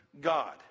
God